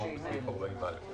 כאמור בסעיף 40א,